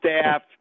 staff